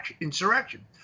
insurrection